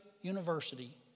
university